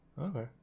Okay